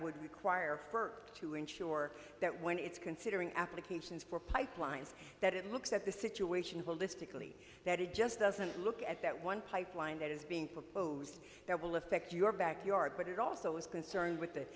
would require first to ensure that when it's considering applications for pipelines that it looks at the situation holistically that it just doesn't look at that one pipeline that is being proposed that will affect your backyard but it also is concerned with